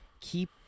keep